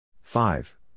Five